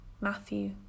matthew